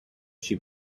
she